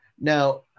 Now